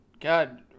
God